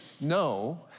no